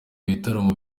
bitaramo